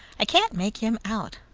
i can't make him out.